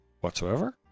whatsoever